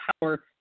power